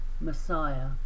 Messiah